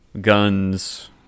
guns